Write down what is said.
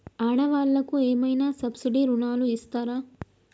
ఆడ వాళ్ళకు ఏమైనా సబ్సిడీ రుణాలు ఇస్తారా?